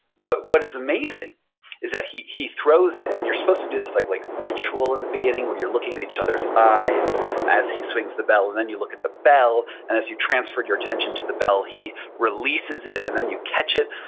but what is amazing is that he he throws it, and you're supposed to do this like like ritual in the beginning where you're looking at each other's eyes as he swings the bell. and then you look at the bell, and as you transferred your attention to the bell, he releases it, and then you catch it.